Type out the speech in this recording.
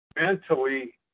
mentally